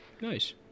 Nice